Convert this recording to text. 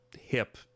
hip